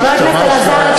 חבר הכנסת אלעזר שטרן,